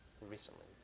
Recently